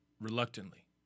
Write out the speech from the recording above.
reluctantly